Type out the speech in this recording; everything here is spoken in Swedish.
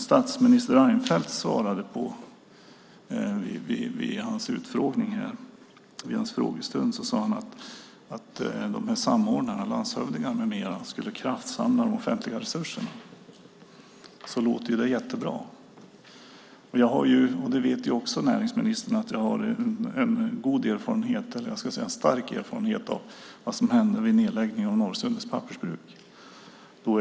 Statsminister Reinfeldt sade vid sin frågestund att samordnarna - landshövdingarna med mera - skulle kraftsamla de offentliga resurserna. Det låter förstås jättebra. Näringsministern vet att jag har en stark erfarenhet av vad som hände vid nedläggningen av Norrsundets pappersbruk.